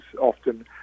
often